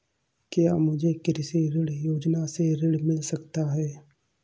क्या मुझे कृषि ऋण योजना से ऋण मिल सकता है?